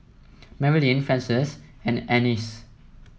Marilyn Frances and Annice